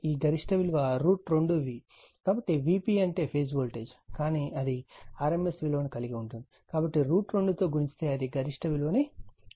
కాబట్టి Vp అంటే phase voltage కానీ అది rms విలువ ను కలిగి ఉంటుంది కాబట్టి √2 తో గుణిస్తే అది గరిష్ట విలువ అవుతుంది